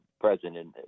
president